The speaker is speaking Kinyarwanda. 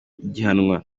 ihiganwa